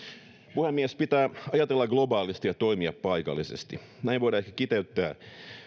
puhemies pitää ajatella globaalisti ja toimia paikallisesti näin voidaan ehkä kiteyttää